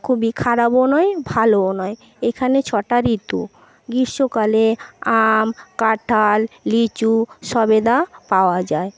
খুবই খারাবও নয় ভালোও নয় এখানে ছটা ঋতু গ্রীষ্মকালে আম কাঠাল লিচু সবেদা পাওয়া যায়